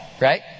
right